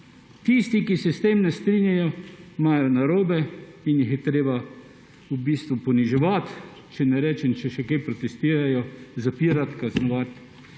Tisti, ki se s tem ne strinjajo, imajo narobe in jih je treba v bistvu poniževati, če še kaj protestirajo, zapirati, kaznovati,